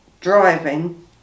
driving